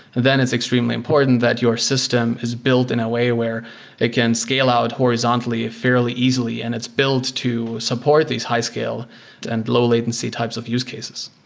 then it's is extremely important that your system is built in a way where it can scale out horizontally fairly easily and it's build to support these high scale and low latency types of use cases